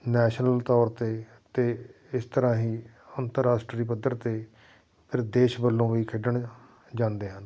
national ਤੌਰ 'ਤੇ ਅਤੇ ਇਸ ਤਰ੍ਹਾਂ ਹੀ ਅੰਤਰਰਾਸ਼ਟਰੀ ਪੱਧਰ 'ਤੇ ਫਿਰ ਦੇਸ਼ ਵੱਲੋਂ ਵੀ ਖੇਡਣ ਜਾਂਦੇ ਹਨ